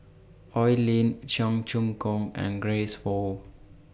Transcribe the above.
Oi Lin Cheong Choong Kong and Grace Fu